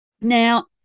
Now